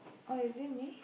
oh is it me